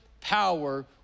power